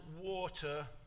water